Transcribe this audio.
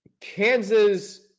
Kansas